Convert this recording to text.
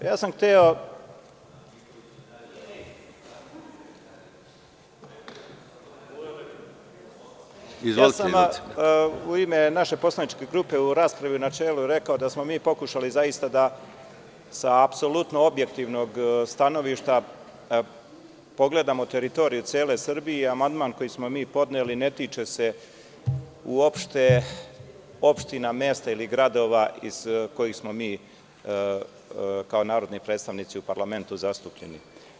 Ja sam u ime naše poslaničke grupe, u raspravi u načelu rekao da smo mi pokušali zaista sa apsolutno objektivnog stanovišta da pogledamo teritoriju cele Srbije i amandman koji smo mi podneli ne tiče se uopšte opština, mesta ili gradova iz kojih smo mi, kao narodni predstavnici u parlamentu, zastupljeni.